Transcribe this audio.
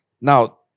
Now